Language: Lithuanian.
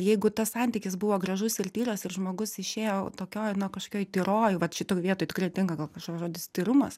jeigu tas santykis buvo gražus ir tyras ir žmogus išėjo tokioj na kažkokioj tyroj vat šitoj vietoj tikrai tinka gal kažkoks žodis tyrumas